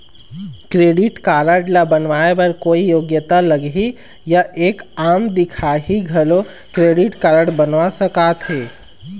Credit card ला बनवाए बर कोई योग्यता लगही या एक आम दिखाही घलो क्रेडिट कारड बनवा सका थे?